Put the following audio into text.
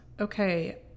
okay